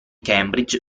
cambridge